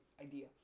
idea